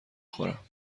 خورم